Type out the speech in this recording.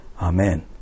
Amen